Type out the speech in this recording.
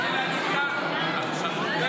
קשה לי להגיד לך,